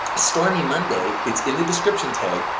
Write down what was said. stormy monday, it's in the description tag,